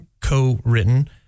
co-written